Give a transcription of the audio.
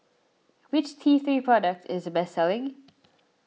which T three product is the best selling